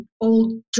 old